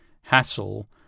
hassle